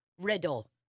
riddle